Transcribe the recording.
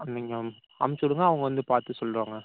நீங்கள் அமுச்சு விடுங்க அவங்க வந்து பார்த்து சொல்லிவிடுவாங்க